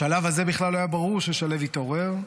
בשלב הזה בכלל לא היה ברור ששליו יתעורר,